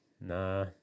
Nah